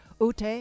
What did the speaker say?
Ute